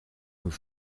nous